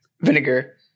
Vinegar